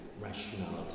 rationality